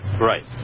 right